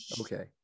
Okay